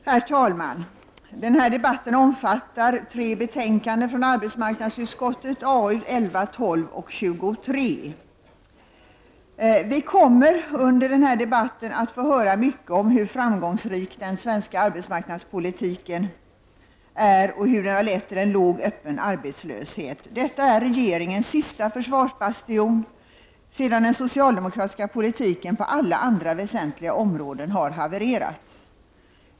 Herr talman! Den här debatten omfattar tre betänkanden från arbetsmarknadsutskottet, AU11, AU12 och AU23. Vi kommer under denna debatt att få höra mycket om hur framgångsrik den svenska arbetsmarknadspolitiken är och hur den har lett till en låg öppen arbetslöshet. Detta är regeringens sista försvarsbastion sedan den socialdemokratiska politiken på alla andra väsentliga områden har havererat.